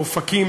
באופקים,